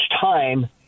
time